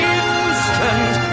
instant